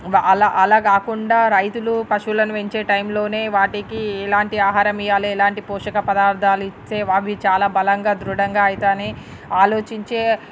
అలా అలా కాకుండా రైతులు పశువులను పెంచే టైంలోనే వాటికి ఇలాంటి ఆహారం ఇవ్వాలి ఇలాంటి పోషక పదార్థాలు ఇస్తే అవి చాలా బలంగా ధృడంగా అవుతాయని ఆలోచించే